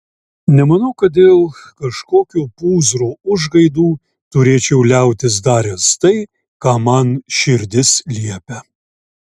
nemanau kad dėl kažkokio pūzro užgaidų turėčiau liautis daręs tai ką man širdis liepia